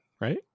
right